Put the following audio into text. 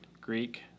Greek